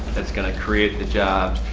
that's going to create the jobs.